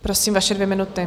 Prosím, vaše dvě minuty.